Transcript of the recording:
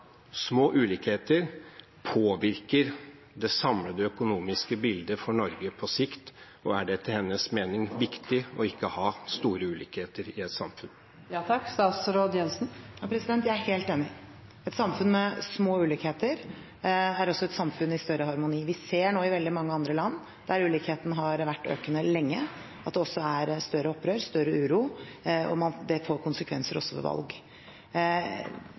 små ulikheter påvirker det samlede økonomiske bildet for Norge på sikt? Er det etter hennes mening viktig ikke å ha store ulikheter i et samfunn? Jeg er helt enig. Et samfunn med små ulikheter er også et samfunn i større harmoni. Vi ser nå i veldig mange andre land der ulikheten har vært økende lenge, at det også er større opprør, større uro, og det får konsekvenser også ved valg.